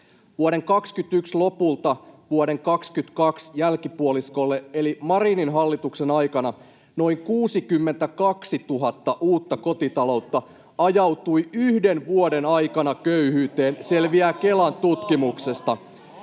Vuoden 21 lopulta vuoden 22 jälkipuoliskolle eli Marinin hallituksen aikana noin 62 000 uutta kotitaloutta ajautui yhden vuoden aikana köyhyyteen, selviää Kelan tutkimuksesta.